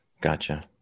Gotcha